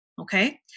Okay